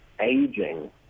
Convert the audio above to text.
aging